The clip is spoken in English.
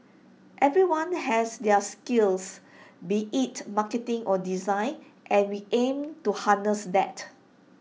everyone has their skills be IT marketing or design and we aim to harness that